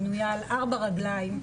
בנויה על ארבע רגליים,